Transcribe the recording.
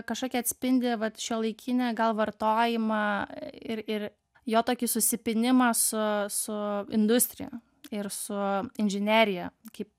kažkokį atspindi vat šiuolaikinę gal vartojimą ir ir jo tokį susipynimą su su industrija ir su inžinerija kaip